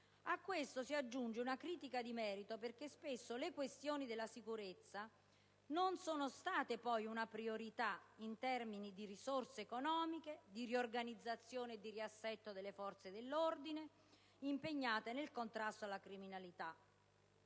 A questo si aggiunge una critica di merito, perché spesso le questioni della sicurezza non sono state poi una priorità in termini di risorse economiche, di riorganizzazione e di riassetto delle forze dell'ordine impegnate nel contrasto alla criminalità.